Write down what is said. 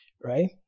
right